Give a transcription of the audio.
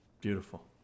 Beautiful